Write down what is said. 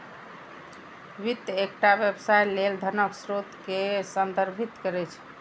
वित्त एकटा व्यवसाय लेल धनक स्रोत कें संदर्भित करै छै